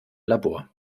labor